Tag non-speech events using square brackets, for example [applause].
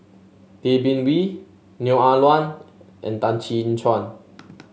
Tay Bin Wee Neo Ah Luan and Tan Chin [unintelligible]